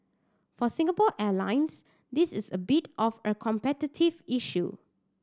for Singapore Airlines this is a bit of a competitive issue